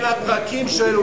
הולכים,